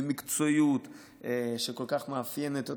במקצועיות שכל כך מאפיינת אותה.